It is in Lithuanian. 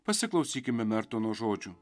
pasiklausykime mertono žodžių